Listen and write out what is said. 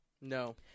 No